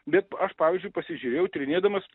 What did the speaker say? bet aš pavyzdžiui pasižiūrėjau tyrinėdamas